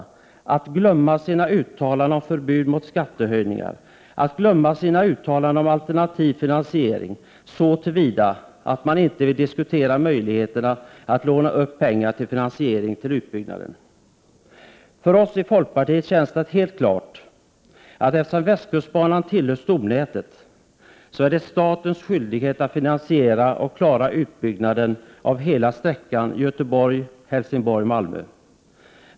Man väljer att glömma sina uttalanden om förbud mot skattehöjningar och om alternativ finansiering — man vill ju inte diskutera möjligheten att låna pengar till finansiering av utbyggnaden. Eftersom västkustbanan tillhör stomnätet menar vi i folkpartiet att det helt klart är statens skyldighet att finansiera och klara utbyggnaden av hela sträckan Göteborg-Helsingborg/Malmö.